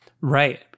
right